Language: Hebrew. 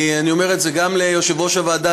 אני אומר את זה גם ליושב-ראש הוועדה,